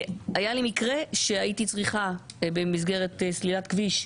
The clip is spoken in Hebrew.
כי היה לי מקרה שקרה במסגרת סלילת כביש,